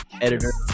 editor